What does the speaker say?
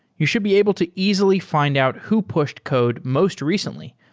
you should be able to easily fi nd out who pushed code most recently,